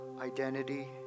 identity